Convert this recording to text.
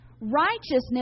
righteousness